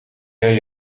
jij